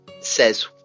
says